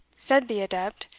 said the adept,